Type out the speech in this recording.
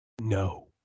No